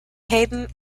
haydn